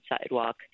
sidewalk